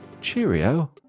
Cheerio